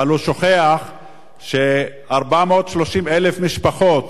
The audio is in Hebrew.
אבל הוא שוכח ש-430,000 משפחות